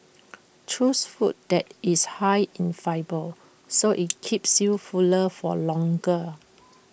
choose food that is high in fibre so IT keeps you fuller for longer